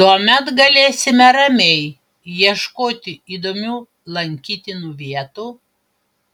tuomet galėsime ramiai ieškoti įdomių lankytinų vietų